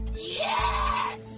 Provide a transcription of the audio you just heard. Yes